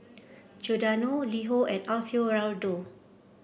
Giordano LiHo and Alfio Raldo